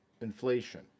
inflation